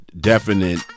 definite